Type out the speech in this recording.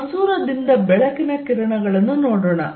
ಮಸೂರದಿಂದ ಬೆಳಕಿನ ಕಿರಣಗಳನ್ನು ನೋಡೋಣ